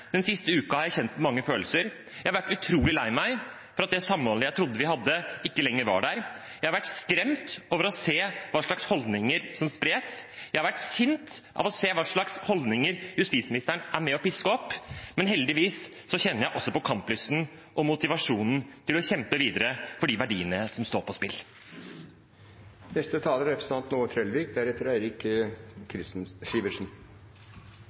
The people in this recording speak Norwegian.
Den siste uken har jeg kjent på mange følelser. Jeg har vært utrolig lei meg for at det samholdet jeg trodde vi hadde, ikke lenger var der. Jeg har vært skremt over å se hva slags holdninger som spres. Jeg har vært sint over å se hva slags holdninger justisministeren er med på å piske opp. Men heldigvis kjenner jeg også på kamplysten og motivasjonen til å kjempe videre for de verdiene som står på spill. Det er